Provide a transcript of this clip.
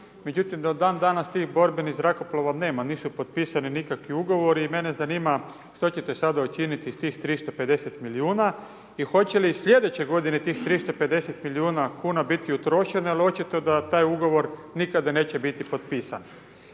Međutim, do dan danas tih borbenih zrakoplova nema, nisu potpisani nikakvi ugovori i mene zanima što ćete sada učiniti s tih 350 milijuna, i hoće li sljedeće g. tih 350 milijuna kn biti utrošeno, jer očito da taj ugovor nikada neće biti potpisan.